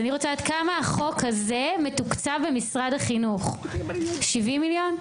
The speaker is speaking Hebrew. אני רוצה לדעת כמה החוק הזה מתוקצב במשרד החינוך 70 מיליון?